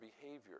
behavior